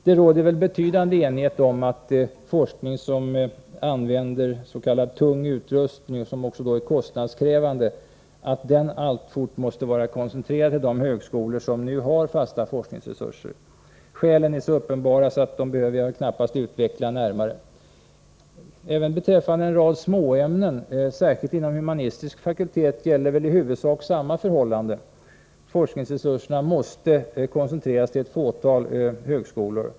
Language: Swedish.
Det råder betydande enighet om att forskning som använder s.k. tung utrustning och som därmed är kostnadskrävande alltfort måste vara koncentrerad till de högskolor som nu har fasta forskningsresurser. Skälen är så uppenbara att jag knappast behöver utveckla dem närmare. Även beträffande en rad småämnen, särskilt inom humanistisk fakultet, gäller i huvudsak samma förhållande: forskningsresurserna måste koncentreras till ett fåtal högskolor.